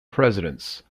presidents